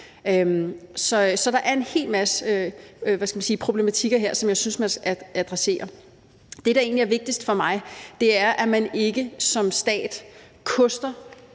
Så der er en hel masse problematikker her, som jeg synes man skal adressere. Det, der egentlig er vigtigst for mig, er, at man ikke som stat koster